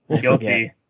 Guilty